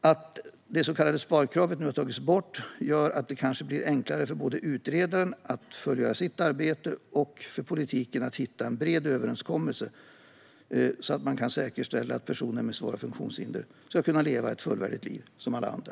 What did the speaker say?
Att det så kallade sparkravet nu har tagits bort gör det kanske enklare både för utredaren att fullgöra sitt arbete och för politiken att hitta en bred överenskommelse om hur man kan säkerställa att personer med svåra funktionshinder ska kunna leva ett fullvärdigt liv som alla andra.